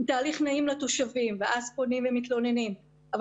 הוא תהליך נעים לתושבים ואז פונים ומתלוננים אבל